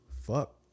fuck